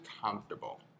comfortable